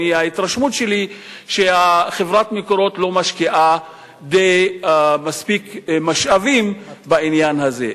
ההתרשמות שלי היא שחברת "מקורות" לא משקיעה מספיק משאבים בעניין הזה.